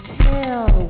tell